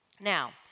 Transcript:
Now